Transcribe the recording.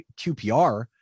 QPR